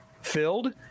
filled